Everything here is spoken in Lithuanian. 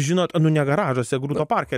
žinot nu ne garažuose grūto parke